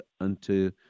unto